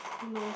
who knows